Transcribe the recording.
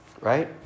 right